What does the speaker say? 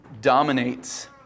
dominates